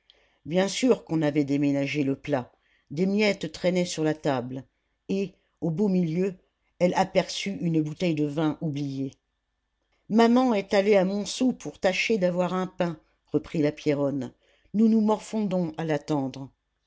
bien sûr qu'on avait déménagé le plat des miettes traînaient sur la table et au beau milieu elle aperçut une bouteille de vin oubliée maman est allée à montsou pour tâcher d'avoir un pain reprit la pierronne nous nous morfondons à l'attendre